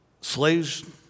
Slaves